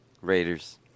Raiders